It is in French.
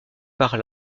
par